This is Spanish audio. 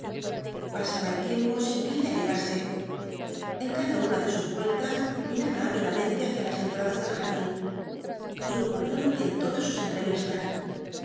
pasaba el tiempo sin que ella llegase en cada una de sus vueltas miraba ávidamente hacia las entradas del jardín y ocurrió lo que en todas sus entrevistas